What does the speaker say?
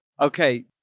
Okay